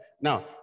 Now